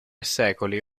secoli